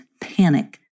panic